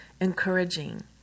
encouraging